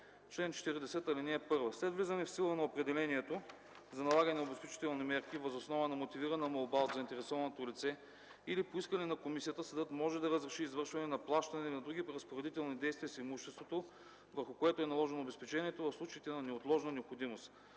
„Чл. 40. (1) След влизането в сила на определението за налагане на обезпечителни мерки въз основа на мотивирана молба от заинтересованото лице или по искане на комисията, съдът може да разреши извършване на плащане или на други разпоредителни действия с имуществото, върху което е наложено обезпечение, в случаите на неотложна необходимост.